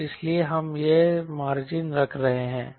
तो इसीलिए हम यह मार्जिन रख रहे हैं